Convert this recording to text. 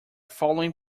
following